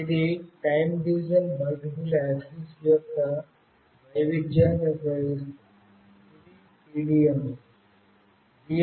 ఇది time division multiple access యొక్క వైవిధ్యాన్ని ఉపయోగిస్తుంది ఇది TDMA